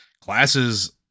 classes